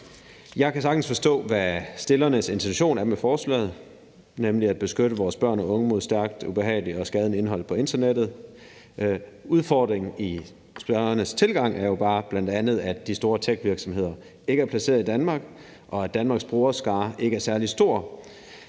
Jeg kan sagtens forstå, hvad forslagsstillernes intention med forslaget er, nemlig at beskytte vores børn og unge mod stærkt ubehageligt og skadeligt indhold på internettet. Udfordringen i forslagsstillernes tilgang er jo bl.a. bare, at de store techvirksomheder ikke er placeret i Danmark, og at Danmarks brugerskare ikke er særlig stor.